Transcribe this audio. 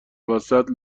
وسط